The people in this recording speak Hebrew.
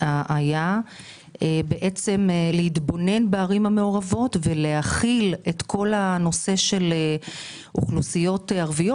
היה להתבונן בערים המעורבות ולהחיל את כל הנושא של אוכלוסיות ערביות